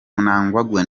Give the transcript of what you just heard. mnangagwa